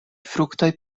fruktoj